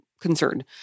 concerned